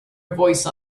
voice